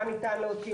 מה ניתן להוציא,